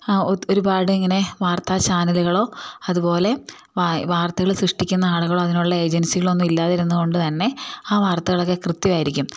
ഒരുപാട് ഇങ്ങനെ വാർത്താ ചാനലുകളോ അതുപോലെ വാർത്തകൾ സൃഷ്ടിക്കുന്ന ആളുകളോ അതിനുള്ള ഏജൻസികളൊന്നും ഇല്ലാതിരുന്നത് കൊണ്ട് തന്നെ ആ വാർത്തകളൊക്കെ കൃത്യമായിരിക്കും